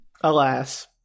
Alas